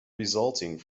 resulting